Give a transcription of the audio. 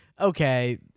okay